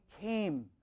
came